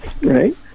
right